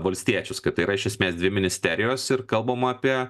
valstiečius kad tai yra iš esmės dvi ministerijos ir kalbama apie